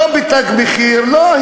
לא ב"תג מחיר" היא